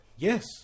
Yes